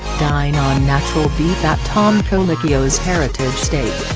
dine on natural beef at tom colicchio's heritage steak.